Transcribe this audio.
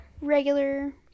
regular